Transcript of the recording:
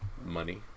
money